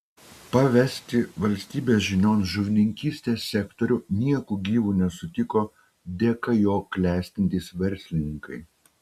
pavesti valstybės žinion žuvininkystės sektorių nieku gyvu nesutiko dėka jo klestintys verslininkai